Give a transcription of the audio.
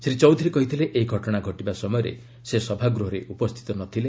ଶ୍ରୀ ଚୌଧୁରୀ କହିଥିଲେ ଏହି ଘଟଣା ଘଟିବା ସମୟରେ ସେ ସଭାଗୃହରେ ଉପସ୍ଥିତ ନ ଥିଲେ